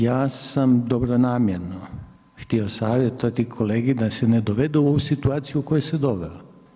Ja sam dobronamjerno htio savjetovati kolegi da se ne dovedu u ovu situaciju u koju se doveo.